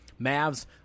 Mavs